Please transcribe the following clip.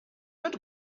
not